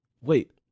Wait